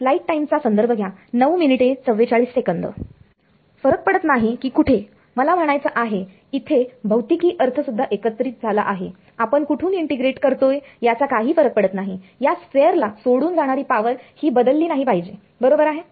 फरक पडत नाही की कुठे मला म्हणायचं आहे इथे भौतिकी अर्थ सुद्धा एकत्रित झाला आहे आपण कुठून इंटिग्रेट करतोय याचा काही फरक पडत नाही या स्फेअरला सोडून जाणारी पावर ही बदलली नाही पाहिजे बरोबर आहे